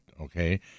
okay